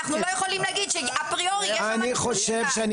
אנחנו לא יכולים הגיד -- אני חושב שאני